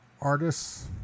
artists